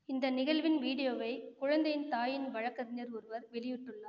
இந்த நிகழ்வின் வீடியோவை குழந்தையின் தாயின் வழக்கறிஞர் ஒருவர் வெளியிட்டுள்ளார்